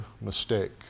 mistake